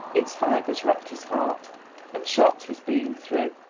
its fibres wrapped his heart and shot his being through,